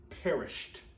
perished